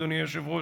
אדוני היושב-ראש,